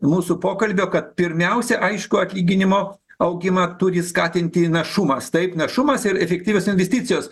mūsų pokalbio kad pirmiausia aišku atlyginimo augimą turi skatinti našumas taip našumas ir efektyvios investicijos